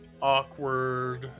awkward